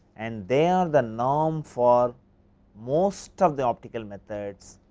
and they are the norm for most of the optical methods